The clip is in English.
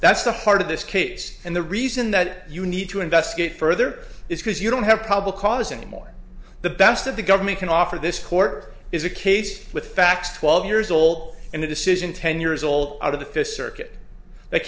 that's the heart of this case and the reason that you need to investigate further is because you don't have probable cause anymore the best of the government can offer this court is a case with facts twelve years old and the decision ten years old out of the fist circuit th